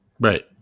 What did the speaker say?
Right